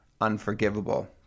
unforgivable